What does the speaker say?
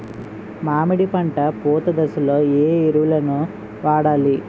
మామిడి పంట పూత దశలో ఏ ఎరువులను వాడాలి?